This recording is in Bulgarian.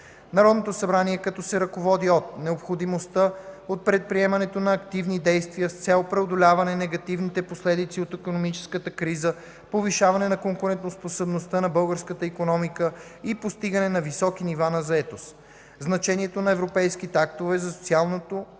Народното събрание, като се ръководи от: - необходимостта от предприемането на активни действия с цел преодоляване негативните последици от икономическата криза, повишаване на конкурентоспособността на българската икономика и постигане на високи нива на заетост; - значението на европейските актове за